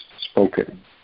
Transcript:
spoken